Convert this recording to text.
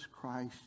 Christ